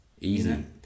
Easy